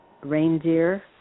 reindeer